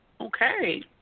Okay